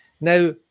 now